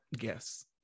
yes